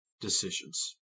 decisions